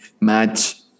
match